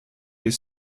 his